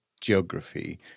geography